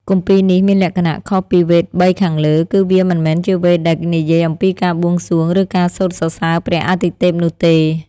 គម្ពីរនេះមានលក្ខណៈខុសពីវេទបីខាងលើ គឺវាមិនមែនជាវេទដែលនិយាយអំពីការបួងសួង ឬការសូត្រសរសើរព្រះអាទិទេពនោះទេ។